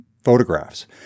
photographs